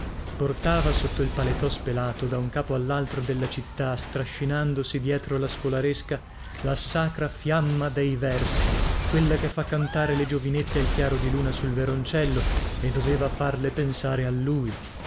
portava sotto il palettò spelato da un capo allaltro della città strascinandosi dietro la scolaresca la sacra fiamma dei versi quella che fa cantare le giovinette al chiaro di luna sul veroncello e doveva farle pensare a lui